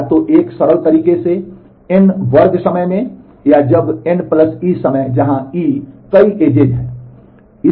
या तो एक सरल तरीके से n वर्ग समय में या जब n प्लस E समय जहां E कई edges है